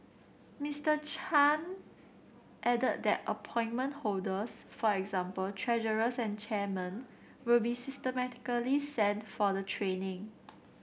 Mister Chan added that appointment holders for example treasurers and chairmen will be systematically sent for the training